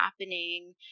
happening